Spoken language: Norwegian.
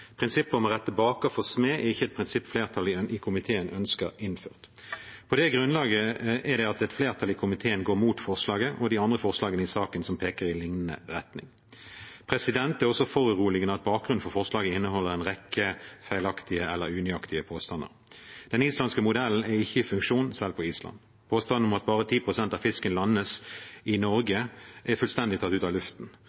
Prinsippet om å rette baker for smed er ikke et prinsipp flertallet i komiteen ønsker innført. På det grunnlaget er det et flertall i komiteen går imot forslaget og de andre forslagene i saken som peker i lignende retning. Det er også foruroligende at bakgrunnen for forslaget inneholder en rekke feilaktige eller unøyaktige påstander. Den islandske modellen er ikke i funksjon selv på Island. Påstanden om at bare 10 pst. av fisken landes i